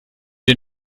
den